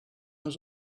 was